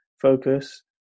focus